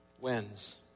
wins